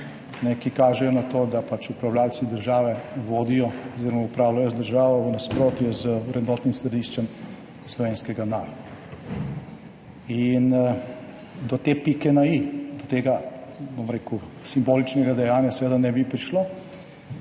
ki kažejo na to, da pač upravljavci države vodijo oziroma upravljajo državo v nasprotju z vrednotnim središčem slovenskega naroda. Do te pike na i, do tega, bom rekel, simboličnega dejanja seveda ne bi prišlo,